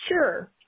sure